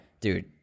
dude